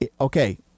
okay